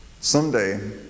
someday